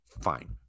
Fine